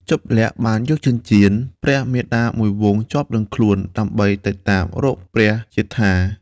ជប្បលក្សណ៍បានយកចិញ្ចៀន ព្រះមាតាមួយវង់ជាប់នឹងខ្លួន ដើម្បីតាមទៅរកព្រះជេដ្ឋា។